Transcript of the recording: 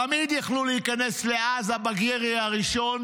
תמיד יוכלו להיכנס לעזה בירי הראשון,